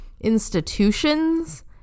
institutions